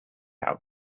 out